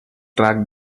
tracked